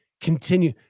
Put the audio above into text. continue